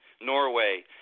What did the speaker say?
norway